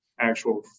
actual